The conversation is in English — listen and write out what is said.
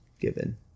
given